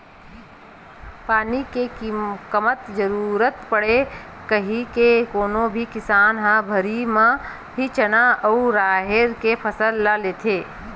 पानी के कमती जरुरत पड़थे कहिके कोनो भी किसान ह भर्री म ही चना अउ राहेर के फसल ल लेथे